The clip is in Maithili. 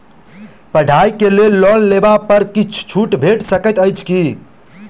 पढ़ाई केँ लेल लोन लेबऽ पर किछ छुट भैट सकैत अछि की?